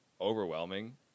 overwhelming